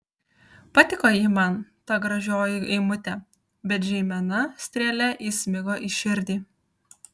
patiko ji man ta gražioji eimutė bet žeimena strėle įsmigo į širdį